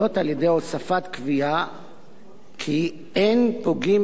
על-ידי הוספת קביעה כי "אין פוגעים